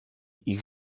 ich